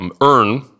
earn